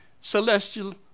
celestial